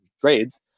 grades